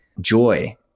joy